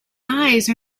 eyes